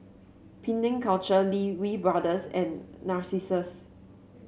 Penang Culture Lee Wee Brothers and Narcissus